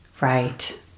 Right